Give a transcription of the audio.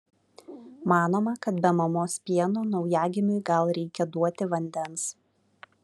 manoma kad be mamos pieno naujagimiui gal reikia duoti vandens